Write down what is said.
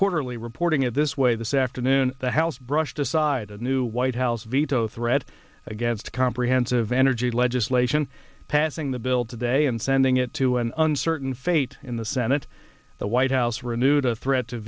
quarterly reporting it this way this afternoon the house brushed aside a new white house veto threat against comprehensive energy legislation passing the bill today and sending it to an uncertain fate in the senate the white house renewed a threat to